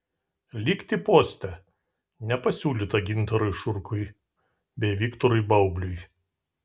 likti poste nepasiūlyta gintarui šurkui bei viktorui baubliui